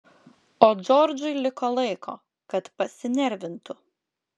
o džordžui liko laiko kad pasinervintų